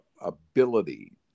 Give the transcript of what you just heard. ability